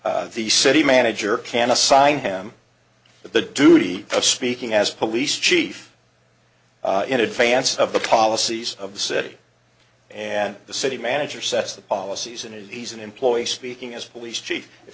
the city manager can assign him the duty of speaking as police chief in advance of the policies of the city and the city manager sets the policies and if he's an employee speaking as a police chief if